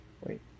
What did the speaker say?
wait